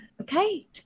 okay